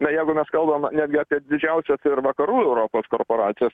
na jeigu mes kalbame netgi apie didžiausias ir vakarų europos korporacijas